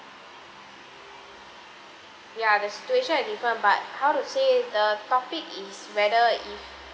ya the situation is different but how to say the topic is whether if